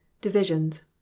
Divisions